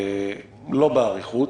לא באריכות,